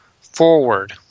forward